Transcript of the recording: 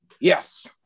Yes